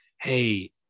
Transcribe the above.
hey